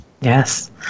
Yes